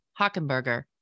Hockenberger